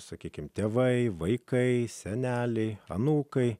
sakykime tėvai vaikai seneliai anūkai